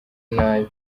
inabi